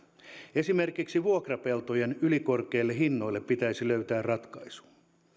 esimerkiksi vuokrapeltojen ylikorkeille hinnoille pitäisi löytää ratkaisu